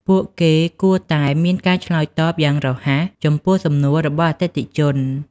ពួកគេគួរតែមានការឆ្លើយតបយ៉ាងរហ័សចំពោះសំណួររបស់អតិថិជន។